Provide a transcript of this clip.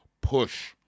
push